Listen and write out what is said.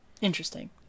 Interesting